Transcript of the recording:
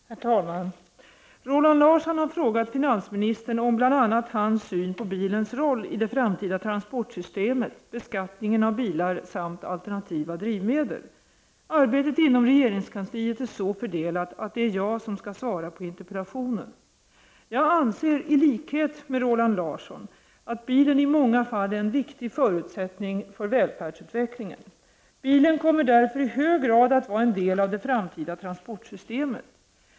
Herr talman! Roland Larsson har frågat finansministern om bl.a. hans syn på bilens roll i det framtida transportsystemet, beskattningen av bilar samt alternativa drivmedel. Arbetet inom regeringskansliet är så fördelat att det är jag som skall svara på interpellationen. Jag anser i likhet med Roland Larsson att bilen i många fall är en viktig förutsättning för välfärdsutvecklingen. Bilen kommer därför i hög grad att vara en del av det framtida transportsystemet.